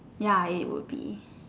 ya it would be